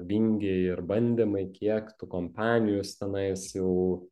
vingiai ir bandymai kiek tų kompanijų jūs tenais jau